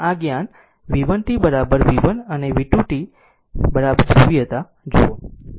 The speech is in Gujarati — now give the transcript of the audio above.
તેથી આ જ્ઞાન v 1 t v 1 અને v 2 ની બરાબર ધ્રુવીયતા જુઓ